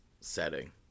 setting